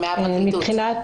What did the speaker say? מבחינת